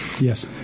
Yes